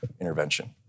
intervention